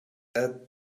add